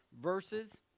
verses